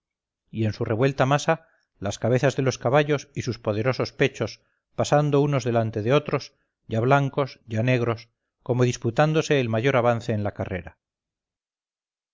y en su revuelta masa las cabezas de los caballos y sus poderosos pechos pasando unos delante de otros ya blancos ya negros como disputándose el mayor avance en la carrera